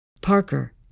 Parker